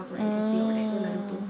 mm